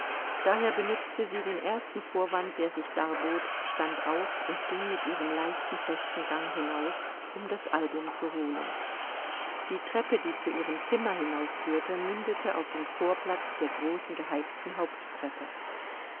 daher benutzte sie den ersten vorwand der sich darbot stand auf und ging mit ihrem leichten festen gang hinaus um das album zu holen die treppe die zu ihrem zimmer hinaufführte mündete auf den vorplatz der großen geheizten haupttreppe